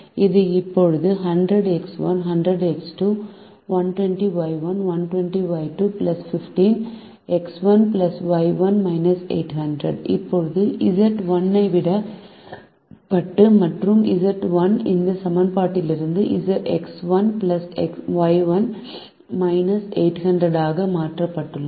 இது இப்போது 100X1 100X2 120Y1 120Y2 15 X1 Y1 800 இப்போது Z1 விடப்பட்டது மற்றும் Z1 இந்த சமன்பாட்டிலிருந்து X1 Y1 800 ஆக மாற்றப்பட்டுள்ளது